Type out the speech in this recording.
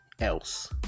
else